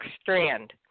Strand